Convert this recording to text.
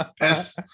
yes